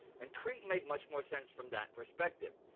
and crete made much more sense from that perspective.